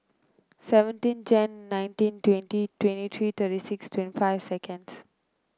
seventeen Jan nineteen twenty twenty three thirty six twenty five seconds